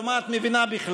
או: מה את מבינה בכלל?